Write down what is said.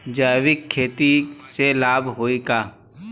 जैविक खेती से लाभ होई का?